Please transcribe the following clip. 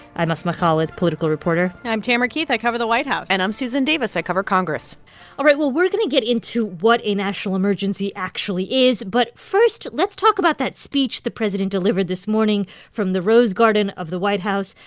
i'm asma khalid, political reporter i'm tamara keith. i cover the white house and i'm susan davis. i cover congress all right. well, we're going to get into what a national emergency actually is. but first, let's talk about that speech the president delivered this morning from the rose garden of the white house.